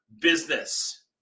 business